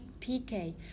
PK